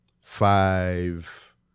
five